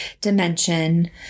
dimension